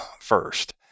first